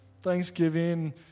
Thanksgiving